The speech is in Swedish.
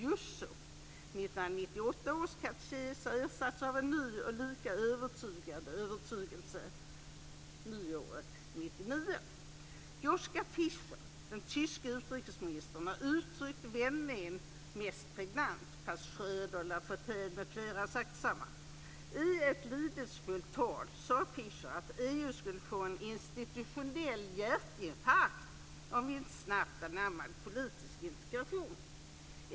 1998 års katekes har ersatts av en ny och lika övertygad övertygelse nyåret 1999. Joschka Fischer, den tyske utrikesministern, har uttryckt vändningen mest pregnant, fast Schröder, Lafontaine m.fl. har sagt detsamma. I ett lidelsefullt tal sade Fischer att EU skulle få en "institutionell hjärtinfarkt" om vi inte snabbt anammade politisk integration.